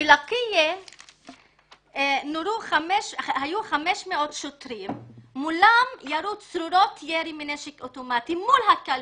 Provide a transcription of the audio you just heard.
בלקיע היו 500 שוטרים מולם ירו צרורות מנשק אוטומטי מול הקלפיות.